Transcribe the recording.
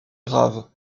grave